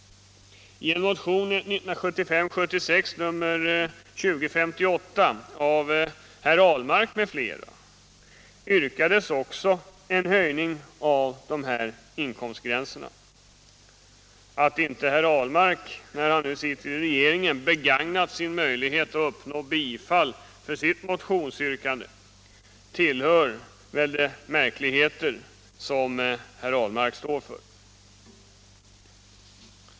I en motion 1975/76:2058 av herr Ahlmark m.fl. yrkades också på en höjning av dessa inkomstgränser. Att inte herr Ahlmark när han nu sitter i regeringen begagnat sin möjlighet att uppnå bifall till sitt motionsyrkande tillhör väl de märkligheter som herr Ahlmark står för.